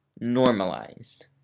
normalized